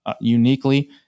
uniquely